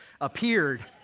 appeared